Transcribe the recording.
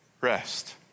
rest